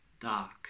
Dark